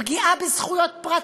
פגיעה חמורה בזכויות פרט,